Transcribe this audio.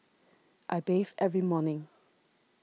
I bathe every morning